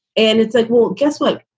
and it's like, well, guess what?